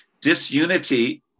Disunity